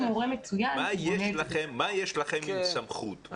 מה יש לכם עם סמכות?